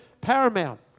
paramount